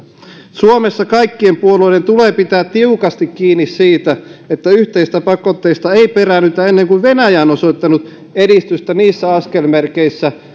suomessa kaikkien puolueiden tulee pitää tiukasti kiinni siitä että yhteisistä pakotteista ei peräännytä ennen kuin venäjä on osoittanut edistystä niissä askelmerkeissä